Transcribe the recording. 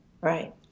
Right